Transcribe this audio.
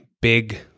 big